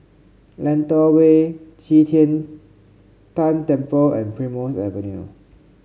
Lentor Way Qi Tian Tan Temple and Primrose Avenue